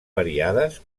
variades